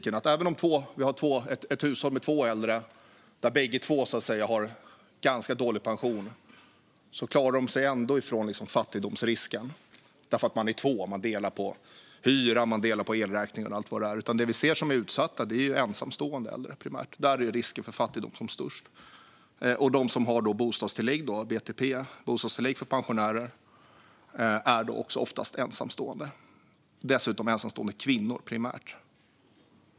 Ett hushåll med två äldre där bägge har ganska dålig pension klarar sig ändå från fattigdomsrisken därför att de är två och delar på hyra, elräkning och allt vad det är. De som är utsatta är primärt de äldre som är ensamstående. Där är risken för fattigdom som störst. De som har BTP, bostadstillägg för pensionärer, är oftast ensamstående och dessutom kvinnor.